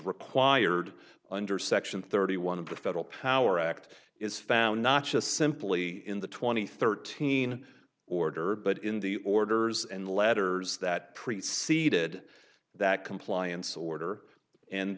required under section thirty one of the federal power act is found not just simply in the two thousand and thirteen order but in the orders and letters that preceded that compliance order and